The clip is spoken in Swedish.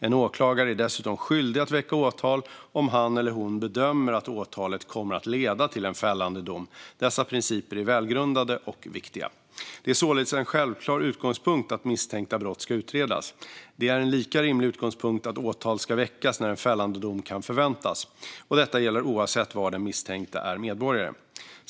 En åklagare är dessutom skyldig att väcka åtal om han eller hon bedömer att åtalet kommer att leda till en fällande dom. Dessa principer är välgrundade och viktiga. Det är således en självklar utgångspunkt att misstänkta brott ska utredas. Det är en lika rimlig utgångspunkt att åtal ska väckas när en fällande dom kan förväntas. Och detta gäller oavsett var den misstänkte är medborgare.